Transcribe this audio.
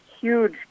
huge